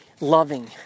loving